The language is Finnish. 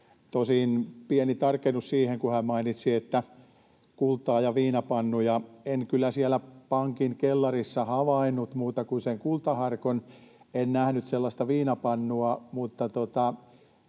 Tosin pieni tarkennus siihen, kun hän mainitsi ”kultaa ja viinapannuja”: En kyllä siellä pankin kellarissa havainnut muuta kuin sen kultaharkon. En nähnyt sellaista viinapannua.